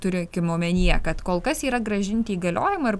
turėkim omenyje kad kol kas yra grąžinti įgaliojimai ir